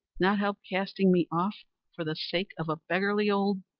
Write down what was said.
not help casting me off for the sake of a beggarly old